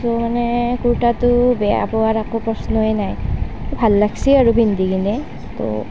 মোৰ মানে কুৰ্তাটো বেয়া পোৱাৰ একো প্ৰশ্নই নাই ভাল লাগিছে আৰু পিন্ধি কেনে তো